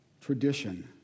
tradition